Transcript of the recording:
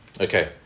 Okay